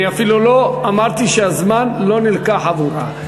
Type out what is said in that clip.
אני אפילו לא, אמרתי שהזמן לא נלקח עבורה.